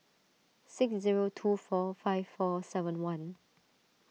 six zero two four five four seven one